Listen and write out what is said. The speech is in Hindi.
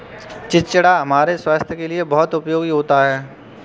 चिचिण्डा हमारे स्वास्थ के लिए बहुत उपयोगी होता है